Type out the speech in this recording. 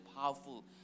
powerful